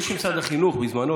משרד החינוך בזמנו,